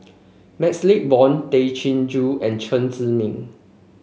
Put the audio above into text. MaxLe Blond Tay Chin Joo and Chen Zhiming